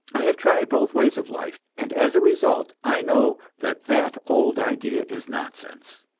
i have tried both ways of life, and as a result i know that that old idea is nonsense.